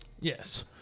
Yes